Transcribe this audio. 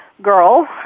girl